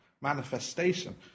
manifestation